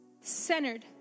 Centered